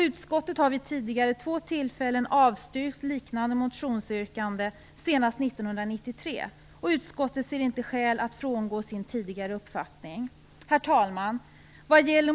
Utskottet har vi två tidigare tillfällen avstyrkt liknande motionsyrkanden, senast 1993. Utskottet ser inget skäl att frångå sin tidigare uppfattning. Herr talman!